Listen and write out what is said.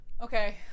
Okay